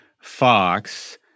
Fox